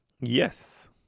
Yes